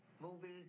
movies